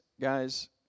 guys